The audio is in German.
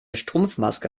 strumpfmaske